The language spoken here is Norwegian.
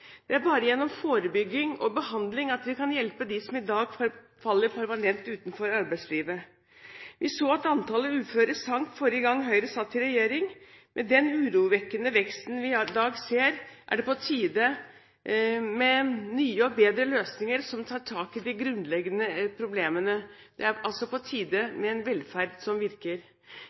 Det er bare gjennom forebygging og behandling at vi kan hjelpe dem som i dag faller permanent utenfor arbeidslivet. Vi så at antallet uføre sank forrige gang Høyre satt i regjering. Med den urovekkende veksten vi i dag ser, er det på tide med nye og bedre løsninger som tar tak i de grunnleggende problemene. Det er altså på tide med en velferd som virker.